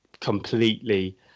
completely